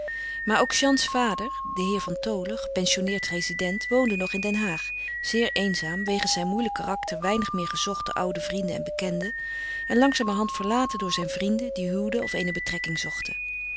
maar ook jeanne's vader de heer van tholen gepensionneerd rezident woonde nog in den haag zeer eenzaam wegens zijn moeilijk karakter weinig meer gezocht door oude vrienden en bekenden en langzamerhand verlaten door zijn kinderen die huwden of eene betrekking zochten